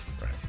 Right